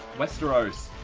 westeros